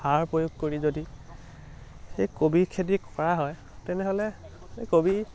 সাৰ প্ৰয়োগ কৰি যদি সেই কবি খেতি কৰা হয় তেনেহ'লে এই কবি